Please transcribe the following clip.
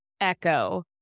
echo